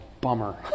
bummer